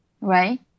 right